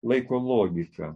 laiko logiką